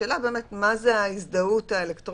השאלה היא באמת מה זו ההזדהות האלקטרונית